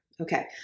okay